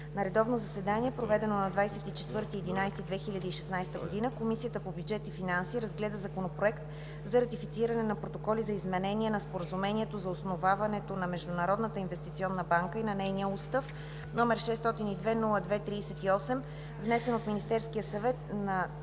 На редовно заседание, проведено на 24 ноември 2016 г., Комисията по бюджет и финанси разгледа Законопроект за ратифициране на Протоколи за изменение на Споразумението за основаването на Международната инвестиционна банка и на нейния устав, № 602-02-38, внесен от Министерския съвет на